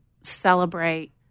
celebrate